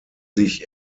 sich